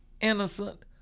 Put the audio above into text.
innocent